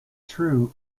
true